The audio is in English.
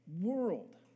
world